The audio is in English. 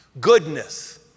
goodness